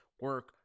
Work